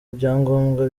ibyangombwa